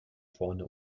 vorne